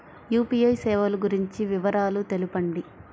UPI సేవలు గురించి వివరాలు తెలుపండి?